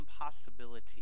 impossibility